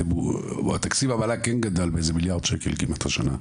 תקציב המל"ג גדל במיליארד שקל השנה.